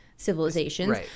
Civilizations